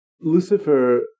Lucifer